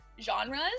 genres